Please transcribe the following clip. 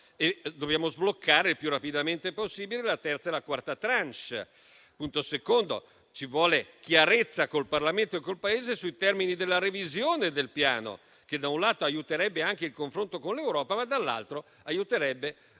dobbiamo sbloccare il più rapidamente possibile la terza e la quarta *tranche.* Ci vuole chiarezza col Parlamento e con il Paese sui termini della revisione del Piano e ciò - da un lato - aiuterebbe anche il confronto con l'Unione europea, ma - dall'altro lato - aiuterebbe